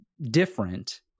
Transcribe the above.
different